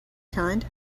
kind